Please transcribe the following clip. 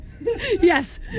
Yes